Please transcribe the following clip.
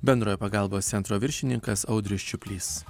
bendrojo pagalbos centro viršininkas audrius čiuplys